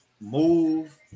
move